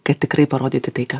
kad tikrai parodyti tai ką